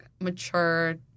mature